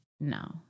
No